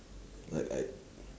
like I